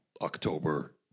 October